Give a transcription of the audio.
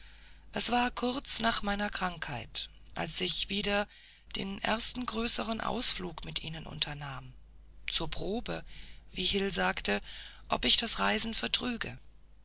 es war kurz nach meiner krankheit als ich wieder den ersten größeren ausflug mit ihnen unternahm zur probe wie hil sagte ob ich das reisen vertrüge